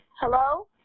Hello